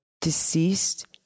Deceased